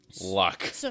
luck